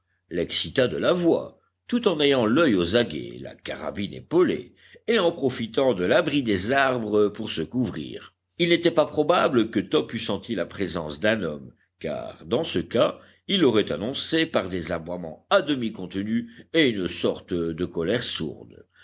l'excita de la voix tout en ayant l'oeil aux aguets la carabine épaulée et en profitant de l'abri des arbres pour se couvrir il n'était pas probable que top eût senti la présence d'un homme car dans ce cas il l'aurait annoncée par des aboiements à demi contenus et une sorte de colère sourde